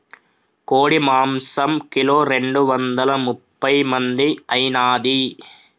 కోడి మాంసం కిలో రెండు వందల ముప్పై మంది ఐనాది